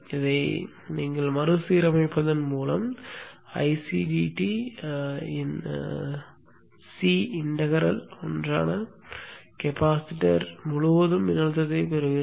இதை மறுசீரமைப்பதன் மூலம் Ic dt இன் C இன்டெக்ராலால் ஒன்றான கெபாசிட்டர்கள் முழுவதும் மின்னழுத்தத்தைப் பெறுவீர்கள்